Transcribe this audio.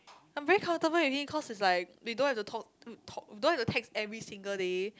I'm very comfortable already cause is like they don't have to talk um talk you don't have to text every single day